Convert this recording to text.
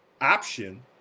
Option